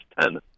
ten